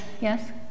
yes